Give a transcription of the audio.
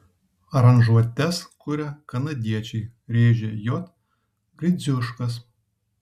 aranžuotes kuria kanadiečiai rėžė j gridziuškas